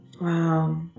Wow